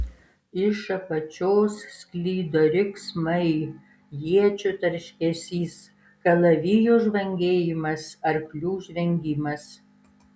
iš apačios sklido riksmai iečių tarškesys kalavijų žvangėjimas arklių žvengimas